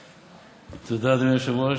תודה, אדוני היושב-ראש.